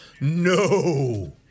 No